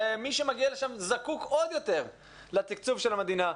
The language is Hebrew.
מי שמגיע לשם זקוק עוד יותר לתקצוב של המדינה,